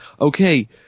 okay